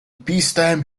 peacetime